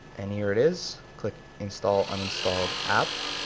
and here it is, click install uninstalled app.